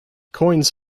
coins